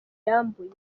yambuye